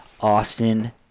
Austin